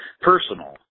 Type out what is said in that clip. personal